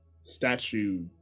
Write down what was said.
statue